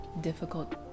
difficult